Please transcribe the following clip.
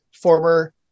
Former